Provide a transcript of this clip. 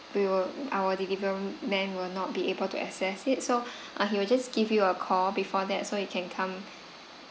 we will our delivery man will not be able to access it so I will just give you a call before that so you can come